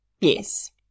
Yes